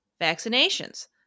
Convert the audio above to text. vaccinations